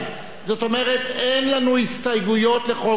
זאת אומרת, אין לנו הסתייגויות לחוק זה.